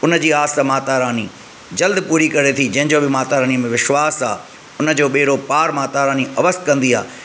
उनजी आस माता रानी जल्द पूरी करे थी जंहिंजो बि माता रानी में विश्वासु आहे हुनजो बेड़ो पार माता रानी अवसि कंदी आहे